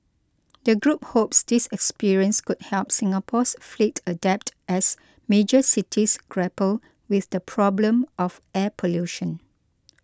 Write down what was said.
the group hopes this experience could help Singapore's fleet adapt as major cities grapple with the problem of air pollution